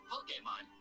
Pokemon